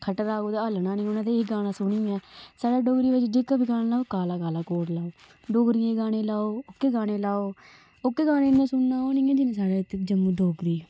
खट्टा परा कुतै हल्लना नी उनें ते एह् गाना सुनियै साढ़ा डोगरी बिच जित्थै बी गाना लाओ काला काला कोट लाओ डोगरिएं दे गाने लाओ ओह्के गाने लाओ ओह्के गाने इन्ने सुनने दा ओह् नी ऐ जिन्ने साढ़े इत्थै जम्मू डोगरी ऐ